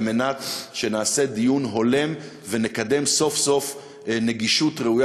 כדי שנעשה דיון הולם ונקדם סוף-סוף נגישות ראויה